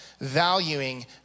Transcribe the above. valuing